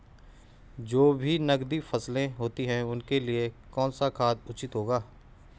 जो भी नकदी फसलें होती हैं उनके लिए कौन सा खाद उचित होगा?